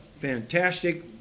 fantastic